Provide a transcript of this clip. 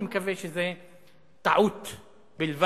אני מקווה שזה טעות בלבד,